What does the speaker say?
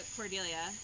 Cordelia